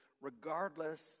regardless